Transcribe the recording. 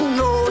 no